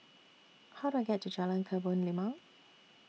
How Do I get to Jalan Kebun Limau